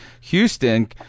Houston –